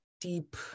deep